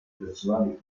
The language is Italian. personali